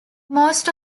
most